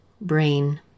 brain